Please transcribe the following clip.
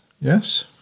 Yes